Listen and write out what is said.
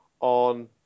on